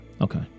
okay